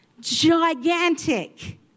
gigantic